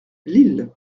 lille